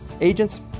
Agents